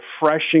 refreshing